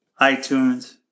iTunes